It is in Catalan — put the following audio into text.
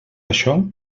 això